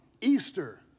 Easter